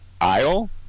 aisle